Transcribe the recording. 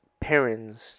parents